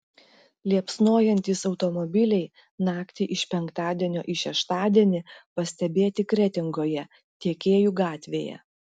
liepsnojantys automobiliai naktį iš penktadienio į šeštadienį pastebėti kretingoje tiekėjų gatvėje